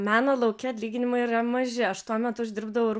meno lauke atlyginimai yra maži aš tuo metu uždirbdavau